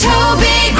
Toby